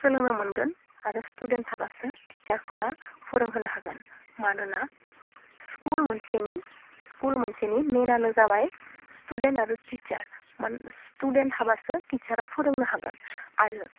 सोलोंनो मोनगोन आरो स्टुदेन्थ थाबासो टिसारफोरा फोरोंहोनो हागोन मानोना स्कुल मोनसेनि स्कुल मोनसेनि मेनआनो जाबाय स्टुदेन्थ आरो टिसार मान स्टुदेन्थ थाबासो टिसारआ फोरोंनो हागोन आरो